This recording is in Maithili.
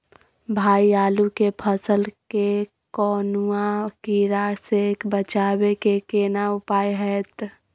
भाई आलू के फसल के कौनुआ कीरा से बचाबै के केना उपाय हैयत?